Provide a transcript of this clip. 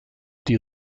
die